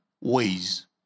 ways